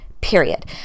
period